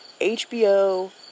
HBO